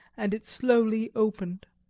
and it slowly opened.